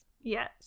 Yes